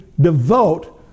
devote